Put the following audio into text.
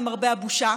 למרבה הבושה.